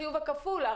הכפול?